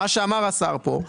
מה שאמר השר פה,